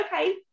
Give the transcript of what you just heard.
okay